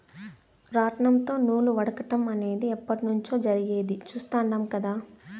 రాట్నంతో నూలు వడకటం అనేది ఎప్పట్నుంచో జరిగేది చుస్తాండం కదా